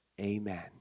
Amen